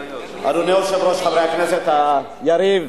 אדוני היושב-ראש, חברי הכנסת, יריב,